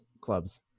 clubs